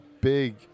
big